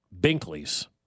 Binkley's